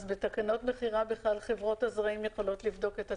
בתקנות מכירה בכלל חברות הזרעים יכולות לבדוק את עצמן.